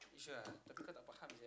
you sure ah tapi kau tak faham sia